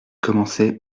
commençait